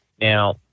Now